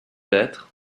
l’être